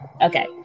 okay